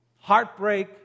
heartbreak